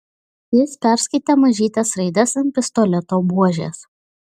jis perskaitė mažytes raides ant pistoleto buožės